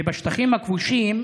ובשטחים הכבושים,